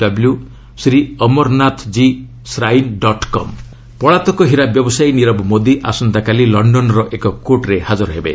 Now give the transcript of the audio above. UK Nirav Modi ପଳାତକ ହୀରା ବ୍ୟବସାୟୀ ନିରବ ମୋଦି ଆସନ୍ତାକାଲି ଲଣ୍ଡନ୍ର ଏକ କୋର୍ଟରେ ହାଜର ହେବେ